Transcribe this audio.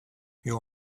your